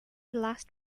last